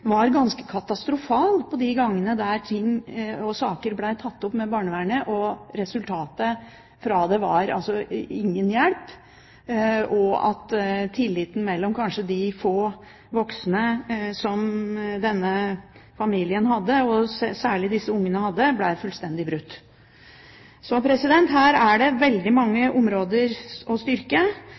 var at det var ganske katastrofalt de gangene saker ble tatt opp med barnevernet. Resultatet var ingen hjelp, og at tilliten mellom barnehagene og de få voksne som denne familien kanskje hadde, og særlig disse ungene, ble fullstendig brutt. Så her er det veldig mange områder å styrke,